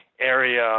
area